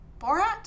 Borat